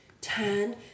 tan